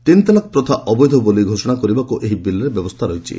ତିନିତଲାକ୍ ପ୍ରଥା ଅବୈଧ ବୋଲି ଘୋଷଣା କରିବାକୁ ଏହି ବିଲ୍ରେ ବ୍ୟବସ୍ଥା ରହିଛି